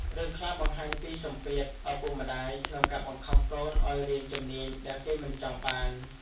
រឿងខ្លះបង្ហាញពី សម្ពាធឪពុកម្តាយ ក្នុងការបង្ខំកូនឱ្យរៀនជំនាញដែលគេមិនចង់បាន។